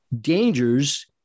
dangers